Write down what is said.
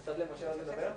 נתת למשה לדבר?